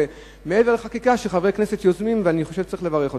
מעבר לחקיקה שחברי כנסת יוזמים ואני חושב שצריך לברך אותם.